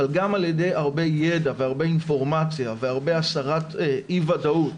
אבל גם על ידי הרבה ידע והרבה אינפורמציה והרבה הסרת אי ודאות,